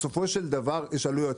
בסופו של דבר יש עלויות.